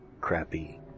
crappy